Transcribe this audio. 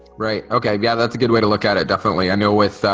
right. okay yeah that's a good way to look at it definitely i know with that,